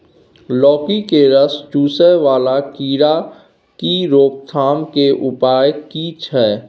लौकी के रस चुसय वाला कीरा की रोकथाम के उपाय की छै?